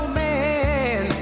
man